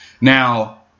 Now